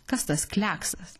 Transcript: kas tas kliaksas